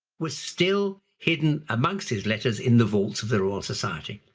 were still hidden amongst his letters in the vaults of the royal society.